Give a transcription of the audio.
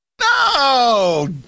No